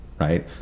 right